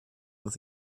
with